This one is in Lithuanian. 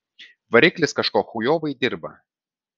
variklis kažko chujovai dirba